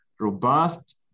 robust